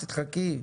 חכי.